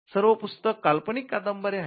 सर्व पुस्तकं काल्पनिक कादंबऱ्या आहेत